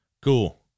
cool